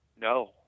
No